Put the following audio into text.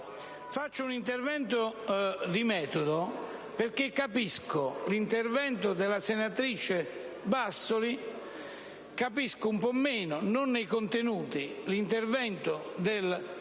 Faccio un intervento di metodo, perché capisco l'intervento della senatrice Bassoli, capisco un po' meno, non nei contenuti, l'intervento del collega